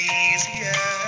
easier